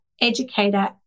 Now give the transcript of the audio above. educator